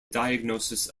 diagnosis